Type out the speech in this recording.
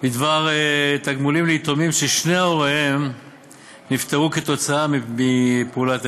בדבר תגמולים ליתומים ששני הוריהם נפטרו כתוצאה מפעולת איבה.